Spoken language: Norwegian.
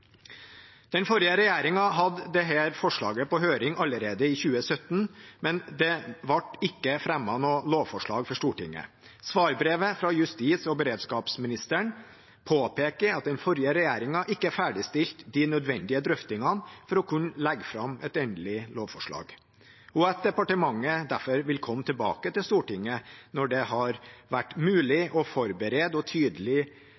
Den forrige regjeringen hadde dette forslaget på høring allerede i 2017, men det ble ikke fremmet noe lovforslag for Stortinget. Svarbrevet fra justis- og beredskapsministeren påpeker at den forrige regjeringen ikke ferdigstilte de nødvendige drøftingene for å kunne legge fram et endelig lovforslag, og at departementet derfor vil komme tilbake til Stortinget når det har vært mulig å forberede et tydelig